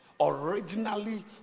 originally